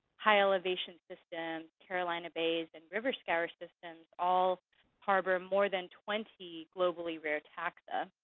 highelevation systems, carolina bays and river scour systems, all harbor more than twenty globally rare taxa.